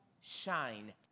shine